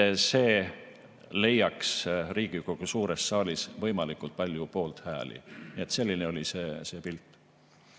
– leiaks Riigikogu suures saalis võimalikult palju poolthääli. Selline oli see pilt.